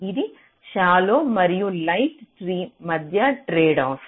ఇది షాలో మరియు light tree మధ్య ట్రేడ్ ఆఫ్